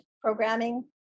programming